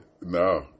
No